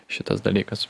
šitas dalykas